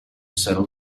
settle